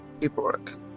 paperwork